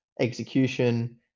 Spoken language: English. execution